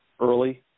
early